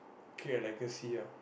keep your legacy ah